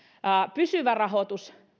pysyvä rahoitus